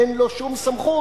אין לו שום סמכות.